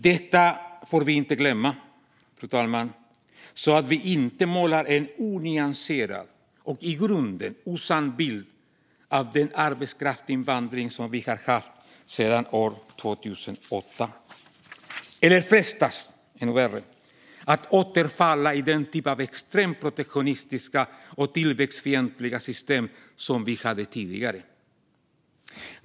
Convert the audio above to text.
Detta får vi inte glömma, fru talman, så att vi inte målar en onyanserad och i grunden osann bild av den arbetskraftsinvandring vi har haft sedan 2008 eller ännu värre frestas att återfalla i den typ av extremt protektionistiska och tillväxtfientliga system som vi hade tidigare.